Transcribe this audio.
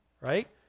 right